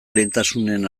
lehentasunen